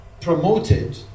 promoted